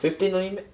fifteen only meh